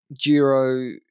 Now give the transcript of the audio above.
Giro